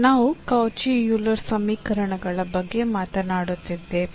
ನಾವು Cauchy Euler ಸಮೀಕರಣಗಳ ಬಗ್ಗೆ ಮಾತನಾಡುತ್ತಿದ್ದೇವೆ